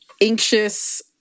anxious